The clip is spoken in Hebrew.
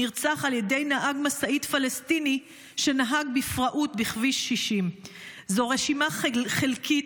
נרצח על ידי נהג משאית פלסטיני שנהג בפראות בכביש 60. זו רשימה חלקית,